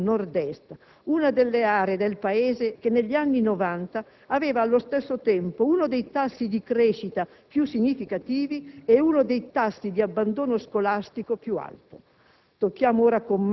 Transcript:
Ci sono stati, nella storia del nostro Paese, alcuni modelli che hanno fondato la propria crescita su elementi diversi dalle competenze; basti pensare al tanto decantato modello Nord-Est,